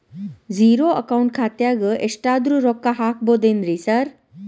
Zero account ಖಾತ್ಯಾಗ ಎಷ್ಟಾದ್ರೂ ರೊಕ್ಕ ಹಾಕ್ಬೋದೇನ್ರಿ ಸಾರ್?